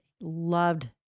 loved